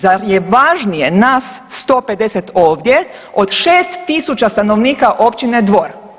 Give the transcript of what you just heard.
Zar je važnije nas 150 ovdje od 6000 stanovnika općine Dvor?